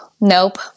nope